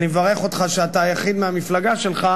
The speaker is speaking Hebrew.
אני מברך אותך, שאתה היחיד מהמפלגה שלך,